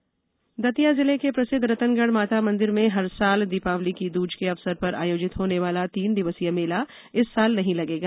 रतनगढ मेला दतिया जिले के प्रसिद्ध रतनगढ़ माता मंदिर में हर साल दीपावली की दूज के अवसर पर आयोजित होने वाला तीन दिवसीय मेला इस साल नहीं लगेगा